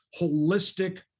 Holistic